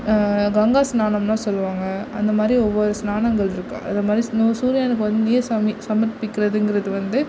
கங்கா ஸ்நானம்னு சொல்லுவாங்க அந்த மாதிரி ஒவ்வொரு ஸ்நானங்கள்ருக்கு அதை மாதிரி ஸ்நூ சூரியனுக்கு வந்து நீர் சம்மி சமர்ப்பிக்கிறதுங்கிறது வந்து